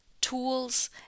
tools